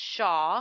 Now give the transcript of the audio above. Shaw